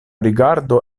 rigardo